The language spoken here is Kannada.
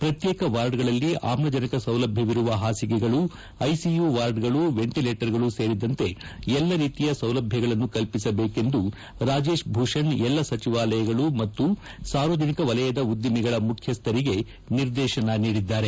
ಪ್ರತ್ಯೇಕ ವಾರ್ಡ್ಗಳಲ್ಲಿ ಆಮ್ಲಜನಕ ಸೌಲಭ್ಲವಿರುವ ಹಾಸಿಗೆಗಳು ಐಸಿಯು ವಾರ್ಡ್ಗಳು ವೆಂಟಲೇಟರ್ಗಳು ಸೇರಿದಂತೆ ಎಲ್ಲ ರೀತಿಯ ಸೌಲಭ್ಯಗಳನ್ನು ಕಲ್ಪಿಸಬೇಕೆಂದು ರಾಜೇಶ್ ಭೂಷಣ್ ಎಲ್ಲ ಸಚಿವಾಲಯಗಳು ಮತ್ತು ಸಾರ್ವಜನಿಕ ವಲಯದ ಉದ್ದಿಮೆಗಳ ಮುಖ್ಯಸ್ಥರಿಗೆ ನಿರ್ದೇಶನ ನೀಡಿದ್ದಾರೆ